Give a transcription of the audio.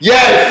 Yes